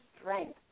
strength